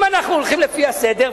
אם אנחנו הולכים לפי הסדר,